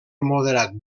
moderat